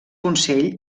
consell